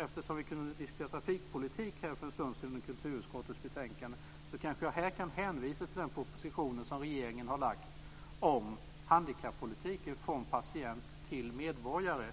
Eftersom vi kunde diskutera trafikpolitik för en stund sedan under kulturutskottets betänkande kanske jag i det här fallet kan hänvisa till den proposition som regeringen har lagt fram om handikappolitiken, Från patient till medborgare.